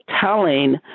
telling